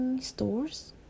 Stores